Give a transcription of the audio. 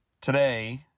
Today